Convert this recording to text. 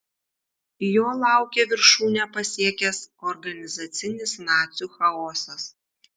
jo laukė viršūnę pasiekęs organizacinis nacių chaosas